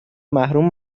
محروم